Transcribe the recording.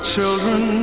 children